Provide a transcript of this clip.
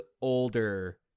older